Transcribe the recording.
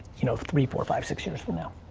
you know, three, four, five, six years from now.